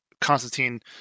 Constantine